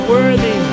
Worthy